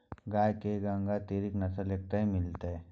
गाय के गंगातीरी नस्ल कतय मिलतै?